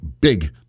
big